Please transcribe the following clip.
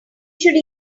should